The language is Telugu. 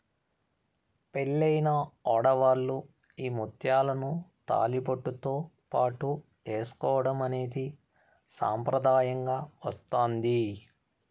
పెళ్ళైన ఆడవాళ్ళు ఈ ముత్యాలను తాళిబొట్టుతో పాటు ఏసుకోవడం అనేది సాంప్రదాయంగా వస్తాంది